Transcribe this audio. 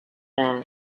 air